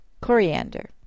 coriander